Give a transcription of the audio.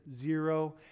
zero